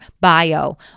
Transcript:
bio